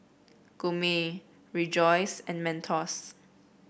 Gourmet Rejoice and Mentos